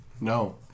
No